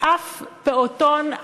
שאף פעוטון,